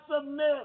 submit